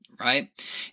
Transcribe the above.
right